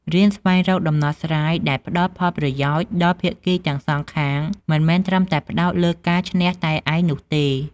រៀនស្វែងរកដំណោះស្រាយដែលផ្តល់ផលប្រយោជន៍ដល់ភាគីទាំងសងខាង មិនមែនត្រឹមតែផ្តោតលើការឈ្នះតែឯងនោះទេ។